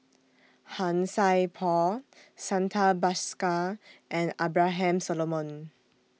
Han Sai Por Santha Bhaskar and Abraham Solomon